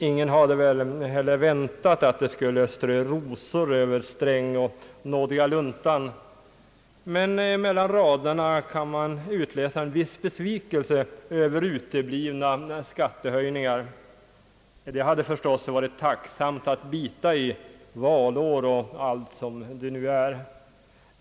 Ingen hade väl heller väntat att man från det hållet skulle strö rosor över finansminister Sträng och nådiga luntan, men mellan raderna kan man utläsa en viss besvikelse över uteblivna skattehöjningar. Det hade förstås varit tacksamt att bita i, valår som det är.